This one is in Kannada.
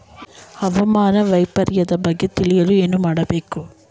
ಹವಾಮಾನ ವೈಪರಿತ್ಯದ ಬಗ್ಗೆ ತಿಳಿಯಲು ಏನು ಮಾಡಬೇಕು?